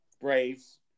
Braves